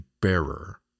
bearer